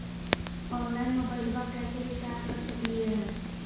Online मोबाइलबा कैसे recharge कर सकलिए है?